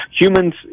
Humans